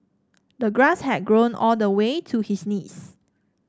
the grass had grown all the way to his knees